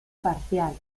parcial